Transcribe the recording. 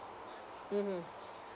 mmhmm